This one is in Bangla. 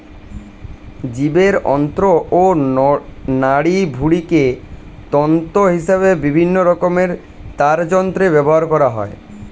জীবের অন্ত্র ও নাড়িভুঁড়িকে তন্তু হিসেবে বিভিন্ন রকমের তারযন্ত্রে ব্যবহার করা হয়